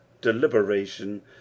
deliberation